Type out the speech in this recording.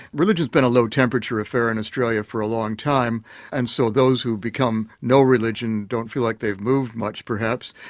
religion's been a low temperature affair in australia for a long time and so those who become no religion don't feel like they've moved much perhaps.